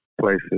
places